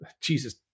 Jesus